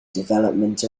development